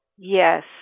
Yes